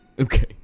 okay